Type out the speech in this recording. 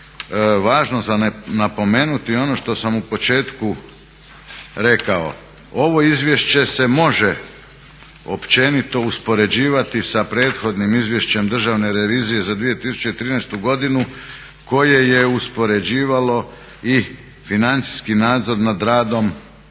važno za napomenuti, ono što sam u početku rekao. Ovo izvješće se može općenito uspoređivati sa prethodnim Izvješćem Državne revizije za 2013. godinu koje je uspoređivalo i financijski nadzor nad radom